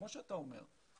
כמו שאתה אומר,